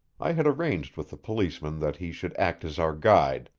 i had arranged with the policeman that he should act as our guide,